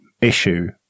issue